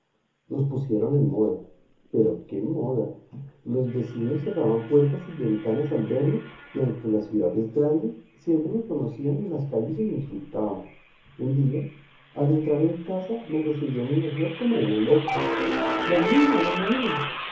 nos pusieron en moda pero qué moda los vecinos cerraban puertas y ventanas al verme y aunque la ciudad es grande siempre me conocían en las calles y me insultaban un día al entrar en casa me recibió mi mujer como una loca la niña la niña